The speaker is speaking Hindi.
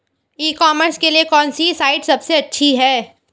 ई कॉमर्स के लिए कौनसी साइट सबसे अच्छी है?